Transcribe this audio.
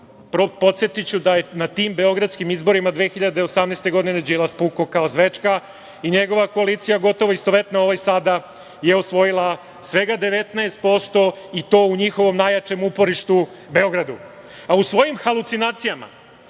godine. Podsetiću da je na tim beogradskim izborima 2018. godine Đilas pukao kao zvečka i njegova koalicija, gotovo istovetna ovoj sada je osvojila svega 19% i to u njihovom najjačem uporištu - Beogradu.U svojim halucinacijama,